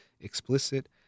explicit